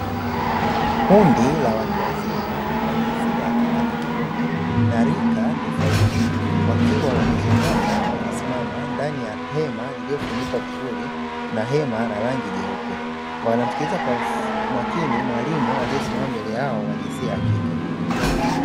Kundi la watu wazima wa jinsia ya kike na kiume na rika tofauti wakiwa wamezunguka, wamesimama ndani ya hema lililofunikwa vizuri na hema la rangi nyeupe wanamsikiliza kwa makini mwalimu aliyesimama mbele yao wa jinsia ya kike.